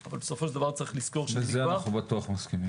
אבל יש לזכור- - בזה אנחנו בטוח מסכימים.